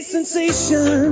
Sensation